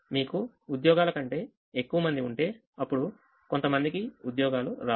మీకు ఉద్యోగాల కంటే ఎక్కువ మంది ఉంటే అప్పుడు కొంత మందికి ఉద్యోగాలు రావు